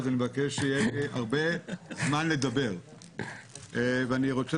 אז אני מבקש שיהיה לי הרבה זמן לדבר ואני רוצה